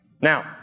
Now